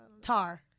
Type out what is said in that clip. Tar